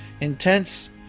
intense